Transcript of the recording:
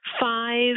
five